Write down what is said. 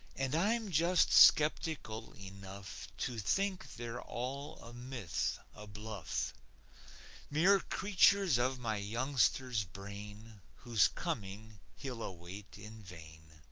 and i'm just skeptical enough to think they're all a myth, a bluff mere creatures of my youngster's brain, whose coming he'll await in vain.